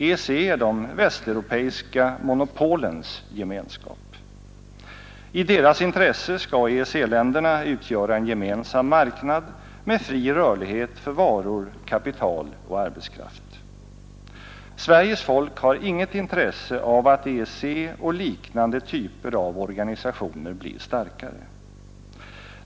EEC är de västeuropeiska monopolens gemenskap. I deras intresse skall EEC-länderna utgöra en gemensam marknad med fri rörlighet för varor, kapital och arbetskraft. Sveriges folk har inget intresse av att EEC och liknande typer av organisationer blir starkare.